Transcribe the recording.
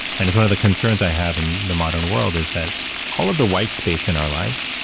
and it's one of the concerns i have in the modern world is that all of the whitespace in our lives,